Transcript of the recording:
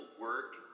work